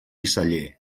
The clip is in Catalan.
celler